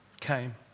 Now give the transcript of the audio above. came